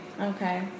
okay